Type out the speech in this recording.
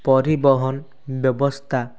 ପରିବହନ ବ୍ୟବସ୍ଥା